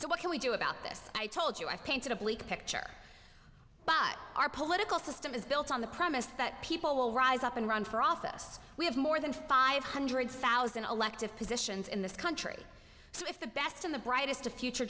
so what can we do about this i told you i painted a bleak picture but our political system is built on the premise that people will rise up and run for office we have more than five hundred thousand elective positions in this country so if the best of the brightest to future